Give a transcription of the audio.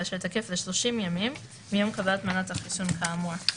ואשר תקף ל- 30 ימים מיום קבלת מנת החיסון כאמור;";